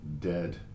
dead